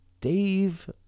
Dave